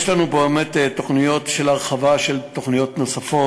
יש לנו תוכניות להרחבה של תוכניות נוספות.